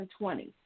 2020